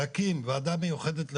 להקים ועדה מיוחדת לחריש,